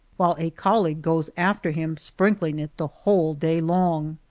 while a colleague goes after him sprinkling it the whole day long.